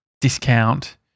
discount